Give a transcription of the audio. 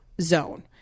zone